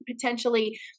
potentially